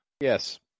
Yes